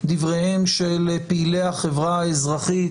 דבריהם של פעילי החברה האזרחית,